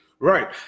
Right